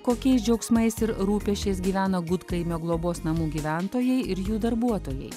kokiais džiaugsmais ir rūpesčiais gyvena gudkaimio globos namų gyventojai ir jų darbuotojai